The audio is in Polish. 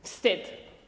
Wstyd.